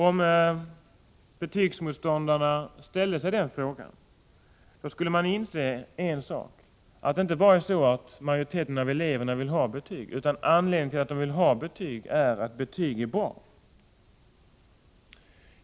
Om betygsmotståndarna ställde sig den frågan skulle de inse en sak, att det inte bara är så att majoriteten av eleverna vill ha betyg, utan anledning till att de vill ha betyg är att betyg är bra.